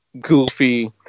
goofy